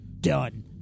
Done